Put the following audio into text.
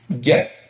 get